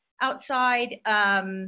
outside